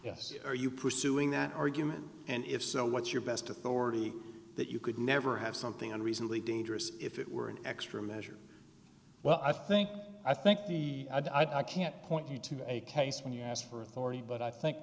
yes are you pursuing that argument and if so what's your best authority that you could never have something and recently dangerous if it were an extreme measure well i think i think the i can't point you to a case when you ask for authority but i think